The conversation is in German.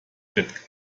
bett